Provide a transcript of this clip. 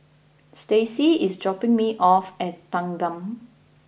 Stacie is dropping me off at Thanggam